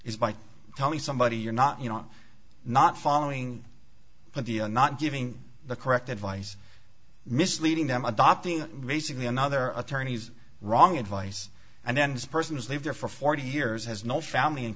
is by telling somebody you're not you know not following the and not giving the correct advice misleading them adopting basically another attorney's wrong advice and then this person has lived there for forty years has no family in